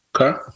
Okay